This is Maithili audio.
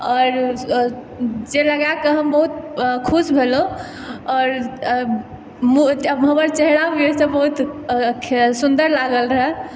आओरजे जे लगाकऽ हम बहुत खुश भेलहुँ आओर मुँह हमर चेहरा हमरा बहुत सुन्दर लागल रहै